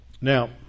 Now